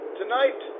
tonight